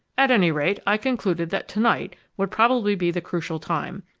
at any rate, i concluded that to-night would probably be the crucial time,